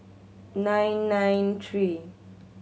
nine nine three